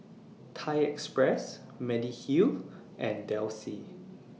Thai Express Mediheal and Delsey